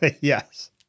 yes